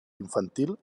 infantil